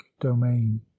domain